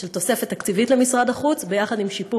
של תוספת תקציבית למשרד החוץ ביחד עם שיפור